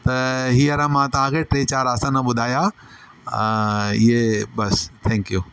त हीअंर मां तव्हांखे टे चारि आसन ॿुधाया त इए बसि थैंक्यू